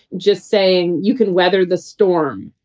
just saying, you can weather the storm.